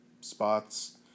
spots